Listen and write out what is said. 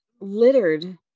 littered